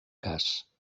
cas